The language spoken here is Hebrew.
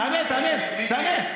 תענה, תענה, תענה.